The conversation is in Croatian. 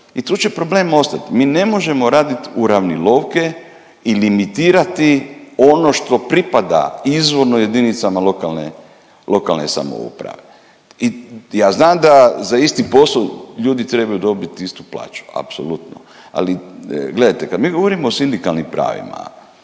i tu će problem ostati. Mi ne možemo raditi .../Govornik se ne razumije./... i limitirati ono što pripada izvorno jedinicama lokalne samouprave. I ja znam da za isti posao ljudi trebaju dobit istu plaću, apsolutno, ali gledajte, kad mi govorimo o sindikalnim pravima,